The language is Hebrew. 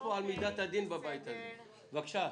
בבקשה.